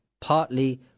partly